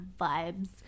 vibes